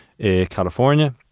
California